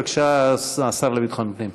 בבקשה, השר לביטחון הפנים.